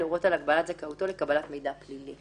להורות על הגבלת זכאותו לקבלת מידע פלילי.